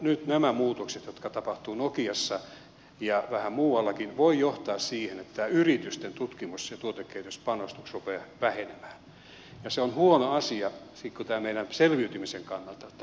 nyt nämä muutokset jotka tapahtuvat nokiassa ja vähän muuallakin voivat johtaa siihen että tämä yritysten tutkimus ja tuotekehityspanostus rupeaa vähenemään ja se on huono asia sitten tämän meidän selviytymisen kannalta